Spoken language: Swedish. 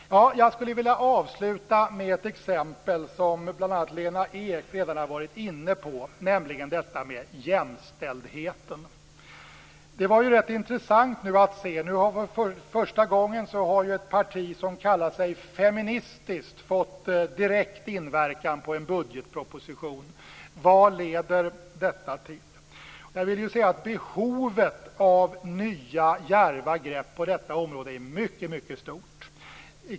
Jag vill avsluta med det exempel som bl.a. Lena Ek redan har varit inne på, nämligen detta med jämställdheten. För första gången har nu ett parti som kallar sig feministiskt fått direkt inverkan på en budgetproposition. Vad leder detta till? Behovet av nya djärva grepp på detta område är mycket stort.